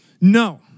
No